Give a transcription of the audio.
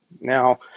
now